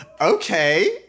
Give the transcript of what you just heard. Okay